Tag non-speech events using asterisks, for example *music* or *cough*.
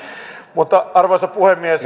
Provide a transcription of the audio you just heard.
arvoisa puhemies *unintelligible*